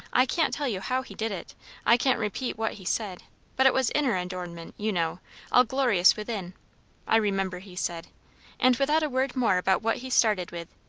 i can't tell you how he did it i can't repeat what he said but it was inner adornment, you know all glorious within i remember he said and without a word more about what he started with,